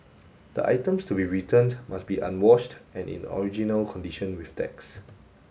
the items to be returned must be unwashed and in original condition with tags